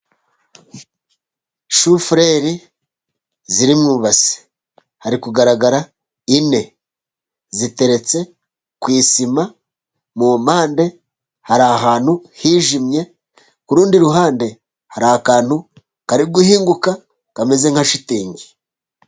Shufreri ziri mu ibase hari kugaragara enye ziteretse ku isima. Mu mpande hari ahantu hijimye, kurundi ruhande hari akantu kari guhinguka kameze nka shitingi.